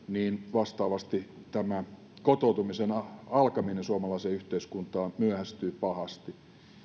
vastaavasti tämä kotoutumisen alkaminen suomalaiseen yhteiskuntaan myöhästyy pahasti